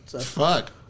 Fuck